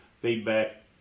feedback